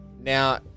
Now